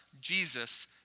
Jesus